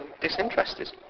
disinterested